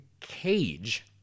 cage